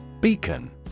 Beacon